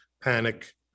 panic